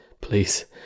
please